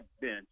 bench